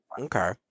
Okay